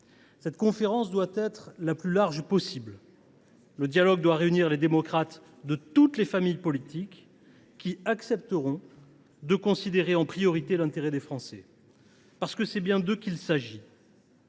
Cette conférence doit être la plus large possible. Le dialogue doit réunir les démocrates de toutes les familles politiques, qui accepteront de considérer en priorité l’intérêt des Français. En effet, c’est bien d’eux qu’il s’agit